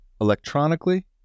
electronically